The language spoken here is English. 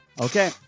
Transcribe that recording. okay